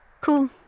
Cool